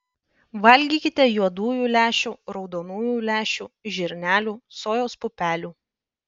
valgykite juodųjų lęšių raudonųjų lęšių žirnelių sojos pupelių